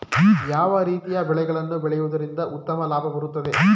ಯಾವ ರೀತಿಯ ಬೆಳೆಗಳನ್ನು ಬೆಳೆಯುವುದರಿಂದ ಉತ್ತಮ ಲಾಭ ಬರುತ್ತದೆ?